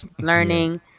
learning